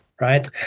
right